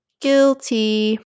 Guilty